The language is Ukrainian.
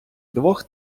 двох